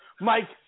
Mike